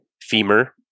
femur